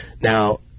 Now